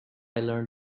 learn